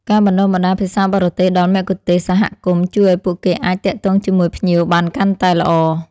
ការបណ្តុះបណ្តាលភាសាបរទេសដល់មគ្គុទ្ទេសក៍សហគមន៍ជួយឱ្យពួកគេអាចទាក់ទងជាមួយភ្ញៀវបានកាន់តែល្អ។